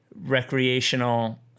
recreational